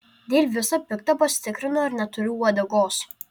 dėl visa pikta pasitikrinu ar neturiu uodegos